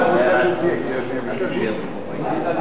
ההצעה להעביר את הצעת חוק המרכז לגביית קנסות,